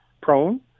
prone